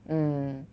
mm